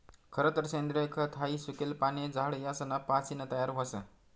खरतर सेंद्रिय खत हाई सुकेल पाने, झाड यासना पासीन तयार व्हस